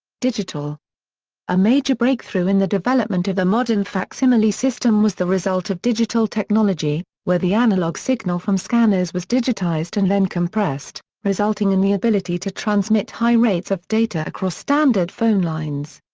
digital a major breakthrough in the development of the modern facsimile system was the result of digital technology, where the analog signal from scanners was digitized and then compressed, resulting in the ability to transmit high rates of data across standard phone lines.